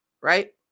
Right